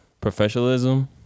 professionalism